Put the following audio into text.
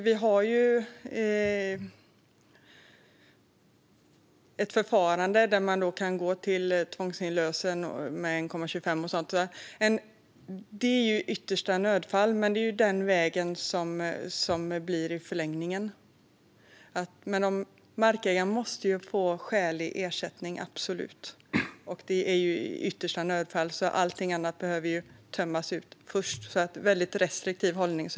Vi har ju ett förfarande där man kan gå till tvångsinlösen med 1,25 gånger marknadsvärdet. Det är i yttersta nödfall, men det är den vägen det blir i förlängningen. Markägaren måste ju få skälig ersättning, absolut. Allting annat behöver tömmas ut först, så det är en väldigt restriktiv hållning.